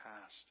past